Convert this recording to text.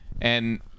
And-